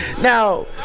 Now